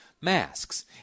masks